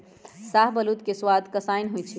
शाहबलूत के सवाद कसाइन्न होइ छइ